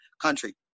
country